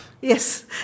Yes